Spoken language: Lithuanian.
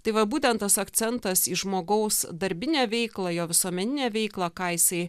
tai va būtent tas akcentas į žmogaus darbinę veiklą jo visuomeninę veiklą ką jisai